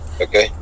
Okay